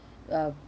uh